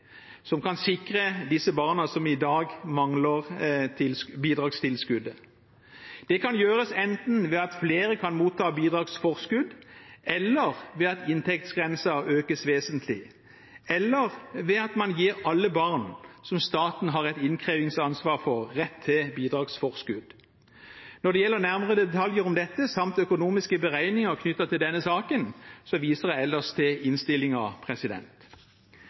som kan sikre disse barna som i dag mangler bidragstilskudd. Det kan gjøres enten ved at flere kan motta bidragsforskudd, ved at inntektsgrensen økes vesentlig, eller ved at man gir alle barn staten har et innkrevingsansvar for, rett til bidragsforskudd. Når det gjelder nærmere detaljer om dette samt økonomiske beregninger knyttet til denne saken, viser jeg ellers til